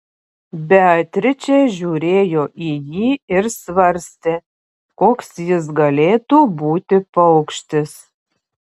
beatričė žiūrėjo į jį ir svarstė koks jis galėtų būti paukštis